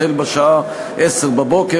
החל בשעה 10:00,